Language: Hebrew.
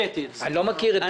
אני לא מכיר את